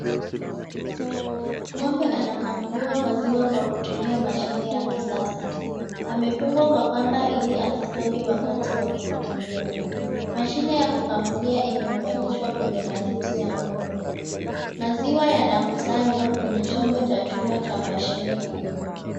Ng'ombe anakamuliwa maziwa kwa kutumia mashine ya kisasa. Amefungwa kwa kamba ili asisonge wakati wa kukamuliwa. Mashine ya kukamulia imeunganishwa kwenye matiti ya ng'ombe. Maziwa yanakusanywa kwenye chombo cha chuma cha mashine hiyo.